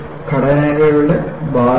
ഇത് 1600 ഡിഗ്രി സെന്റിഗ്രേഡിന്റെ ക്രമത്തിലാണ്